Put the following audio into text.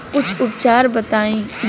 कुछ उपचार बताई?